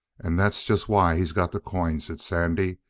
and that's just why he's got the coin, said sandy.